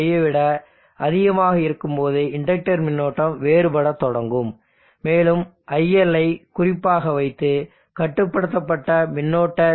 5 ஐ விட அதிகமாக இருக்கும்போது இண்டக்டர் மின்னோட்டம் வேறுபடத் தொடங்கும் மேலும் iL ஐ குறிப்பாக வைத்து கட்டுப்படுத்தப்பட்ட மின்னோட்ட